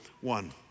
one